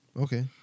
Okay